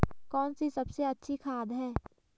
कौन सी सबसे अच्छी खाद है?